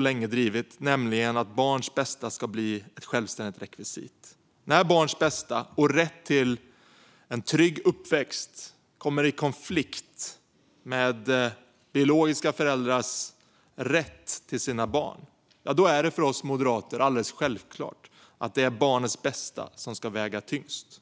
länge har drivit, nämligen att barns bästa ska bli ett självständigt rekvisit. När barns bästa och barns rätt till en trygg uppväxt kommer i konflikt med biologiska föräldrars rätt till sina barn är det för oss moderater alldeles självklart att det är barnets bästa som ska väga tyngst.